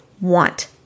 want